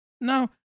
now